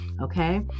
okay